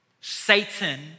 Satan